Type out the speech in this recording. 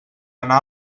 anar